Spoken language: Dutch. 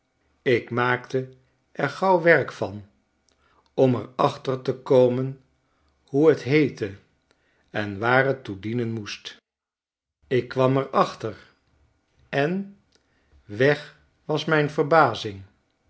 ik maakte er gauw werk van om ex achter te komen hoe het heette en waar t toe dienen moest ik kwam er achter en weg was mijn verbazing